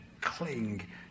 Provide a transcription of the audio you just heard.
cling